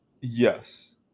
Yes